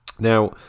Now